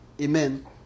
Amen